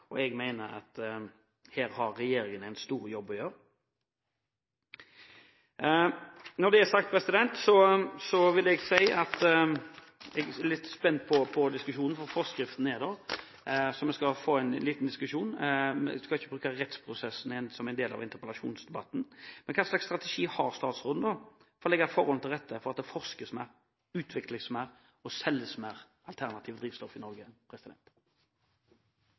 Jeg mener at her har regjeringen en stor jobb å gjøre. Når det er sagt, vil jeg si at jeg er litt spent på diskusjonen, for forskriften er der. Vi skal få en liten diskusjon og skal ikke bruke rettsprosessen som en del av interpellasjonsdebatten. Hvilken strategi har statsråden for å legge forholdene til rette for at det forskes mer, utvikles mer og selges mer alternative drivstoff i Norge?